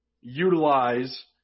utilize